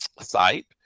site